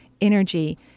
energy